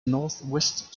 northwest